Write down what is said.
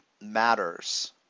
matters